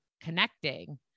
connecting